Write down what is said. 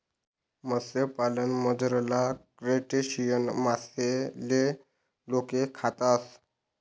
मत्स्यपालनमझारला क्रस्टेशियन मासाले लोके खातस